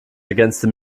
ergänzte